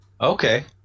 Okay